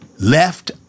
left